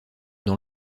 dans